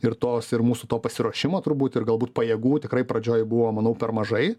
ir tos ir mūsų to pasiruošimo turbūt ir galbūt pajėgų tikrai pradžioj buvo manau per mažai